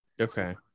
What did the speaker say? okay